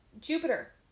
Jupiter